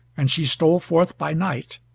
and she stole forth by night,